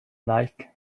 like